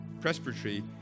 Presbytery